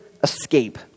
escape